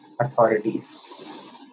authorities